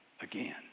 again